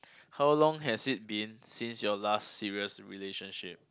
how long as it been since your last serious relationship